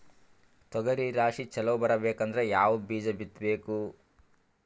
ತೊಗರಿ ರಾಶಿ ಚಲೋ ಬರಬೇಕಂದ್ರ ಯಾವ ಬೀಜ ಬಿತ್ತಬೇಕು?